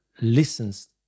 listens